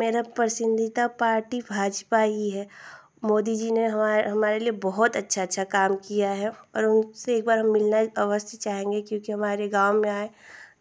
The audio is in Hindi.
मेरी पसन्दीदा पार्टी भाजपा ही है मोदी जी ने हमारे हमारे लिए बहुत अच्छा अच्छा काम किया है और उनसे एकबार मिलना हम अवश्य चाहेंगे क्योंकि हमारे गाँव में आएँ